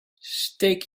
steek